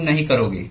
तुम नहीं करोगे